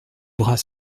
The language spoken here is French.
bras